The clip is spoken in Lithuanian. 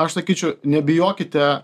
aš sakyčiau nebijokite